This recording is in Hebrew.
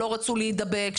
שלא רצו להידבק,